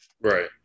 Right